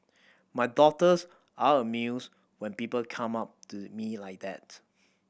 my daughters are amused when people come up to me like that